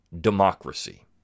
democracy